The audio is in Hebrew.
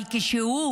אבל כשהוא